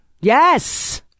Yes